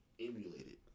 emulated